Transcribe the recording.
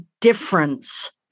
difference